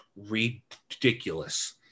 ridiculous